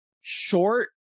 Short